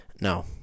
No